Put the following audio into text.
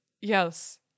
yes